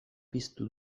piztu